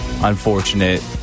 Unfortunate